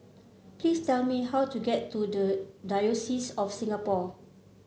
please tell me how to get to the Diocese of Singapore